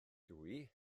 dwi